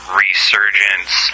resurgence